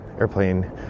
airplane